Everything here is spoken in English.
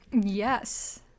yes